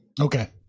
Okay